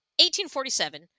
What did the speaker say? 1847